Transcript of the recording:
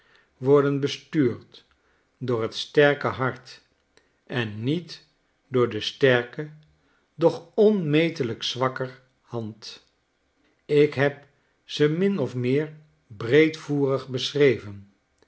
worden bestuurd door t sterke hart en niet door de sterke doch onmetelyk zwakker hand ik heb ze min ofmeerbreedvoerig beschreven